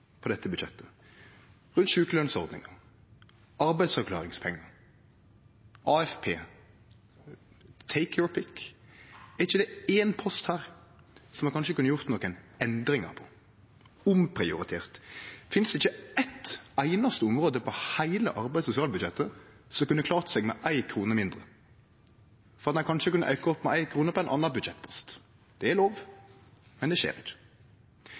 på dette budsjettet, rundt sjukelønsordninga, arbeidsavklaringspengar, AFP – «take your pick» – er det ikkje éin post her som ein kanskje kunne gjort nokon endringar på, omprioritert? Finst det ikkje eitt einaste område på heile arbeids- og sosialbudsjettet som kunne klart seg med ei krone mindre, for at ein kanskje kunne ha auka med ei krone på ein annan budsjettpost? Det er lov, men det